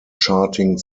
charting